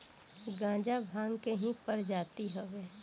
गांजा भांग के ही प्रजाति हवे